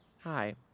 Hi